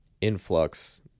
influx